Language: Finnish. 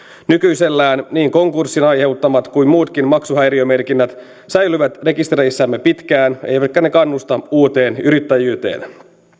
nykyisellään niin konkurssin aiheuttamat kuin muutkin maksuhäiriömerkinnät säilyvät rekistereissämme pitkään eivätkä ne kannusta uuteen yrittäjyyteen